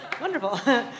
wonderful